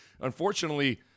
unfortunately